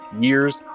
years